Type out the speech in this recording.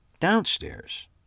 downstairs